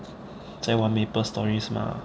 在玩 MapleStory 是吗